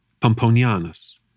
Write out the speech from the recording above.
Pomponianus